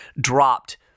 dropped